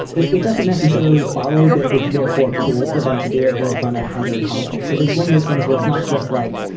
it it doesn't necessarily follow that. it's therefore cool for them to do it in front of other colleagues. so there's one of those things where it's not just like,